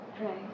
Right